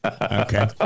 Okay